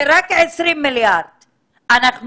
וזה